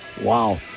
Wow